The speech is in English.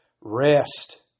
rest